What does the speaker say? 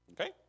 Okay